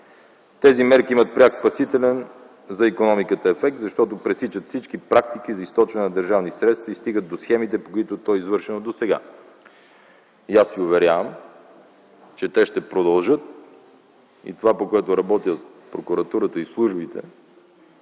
Тези мерки имат пряк, спасителен за икономиката ефект, защото пресичат всички практики за източване на държавни средства и стигат до схемите, по които то е извършено досега. Аз Ви уверявам, че те ще продължат, и за това, по което работят прокуратурата и службите,